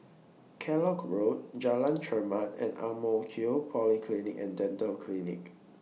Kellock Road Jalan Chermat and Ang Mo Kio Polyclinic and Dental Clinic